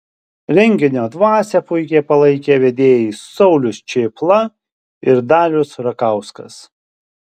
renginio dvasią puikiai palaikė vedėjai saulius čėpla ir darius rakauskas